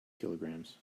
kilograms